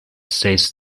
states